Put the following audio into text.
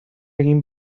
egin